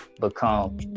become